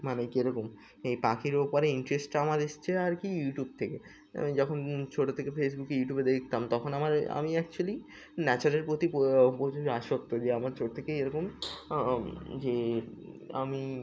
মানে কীরকম এই পাখির ওপরে ইন্টারেস্টটা আমার এসেছে আর কি ইউটিউব থেকে আমি যখন ছোটো থেকে ফেসবুকে ইউটিউবে দেখতাম তখন আমার আমি অ্যাকচুয়েলি নেচারের প্রতি প্রচুর আসক্ত যে আমার ছোটো থেকেই এরকম যে আমি